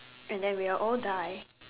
and then we will all die